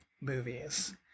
movies